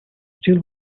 still